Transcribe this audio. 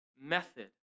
method